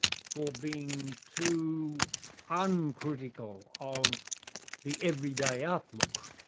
for being too uncritical of the everyday outlook,